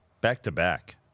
Back-to-back